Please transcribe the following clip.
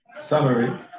summary